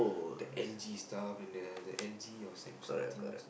the L_G stuff and the the L_G or Samsung things